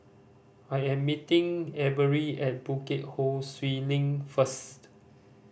I am meeting Avery at Bukit Ho Swee Link first